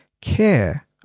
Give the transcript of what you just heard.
care